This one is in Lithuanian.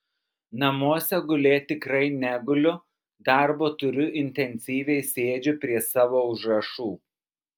namuose gulėt tikrai neguliu darbo turiu intensyviai sėdžiu prie savo užrašų